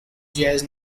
jazz